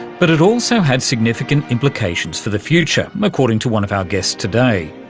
but it also had significant implications for the future, according to one of our guests today.